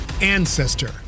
ancestor